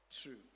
true